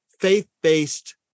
faith-based